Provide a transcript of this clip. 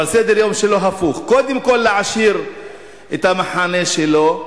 אבל סדר-היום שלו הפוך: קודם כול להעשיר את המחנה שלו,